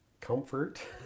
comfort